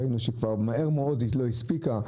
ראינו שכבר מהר מאוד היא לא הספיקה.